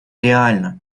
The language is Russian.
реальна